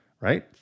right